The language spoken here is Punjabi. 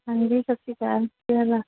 ਹਾਂਜੀ ਸਤਿ ਸ਼੍ਰੀ ਅਕਾਲ ਕੀ ਹਾਲ ਆ